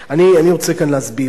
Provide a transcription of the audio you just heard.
אני רוצה כאן להסביר.